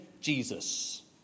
Jesus